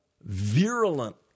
virulent